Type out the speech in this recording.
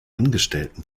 angestellten